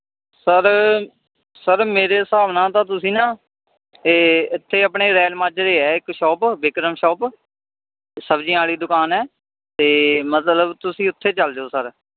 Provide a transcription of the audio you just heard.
sir sir ਮੇਰੇ ਹਿਸਾਬ ਨਾਲ਼ ਤਾਂ ਤੁਸੀਂ ਨਾ ਤਾਂ ਇੱਥੇ ਆਪਣੇ ਰੈਲ ਮਾਜਰੇ ਆ ਇੱਕ ਸ਼ੋਪ ਬਿਕਰਮ ਸ਼ੋਪ ਸਬਜੀਆਂ ਵਾਲੀ ਦੁਕਾਨ ਹੈ ਅਤੇ ਮਤਲਬ ਤੁਸੀਂ ਉੱਥੇ ਚਲੇ ਜਾਓ ਸਰ